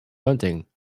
bunting